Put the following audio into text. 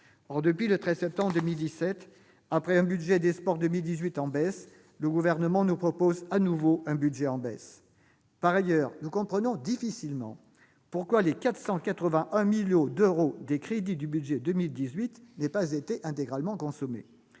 depuis le 13 septembre 2017, après un budget des sports pour 2018 en baisse, le Gouvernement nous propose de nouveau un budget en diminution. Par ailleurs, nous comprenons difficilement pourquoi les 481 millions d'euros des crédits du budget pour 2018 n'ont pas été intégralement consommés.